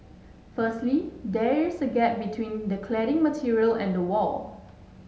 firstly there is a gap between the cladding material and the wall